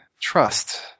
trust